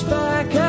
back